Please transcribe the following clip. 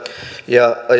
ja